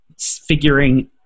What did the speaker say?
Figuring